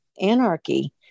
anarchy